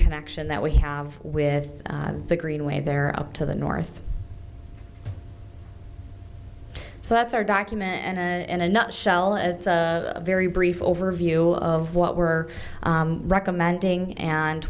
connection that we have with the greenway there up to the north so that's our document and in a nutshell it's a very brief overview of what we're recommending and